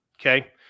Okay